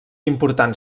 important